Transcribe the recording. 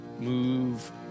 move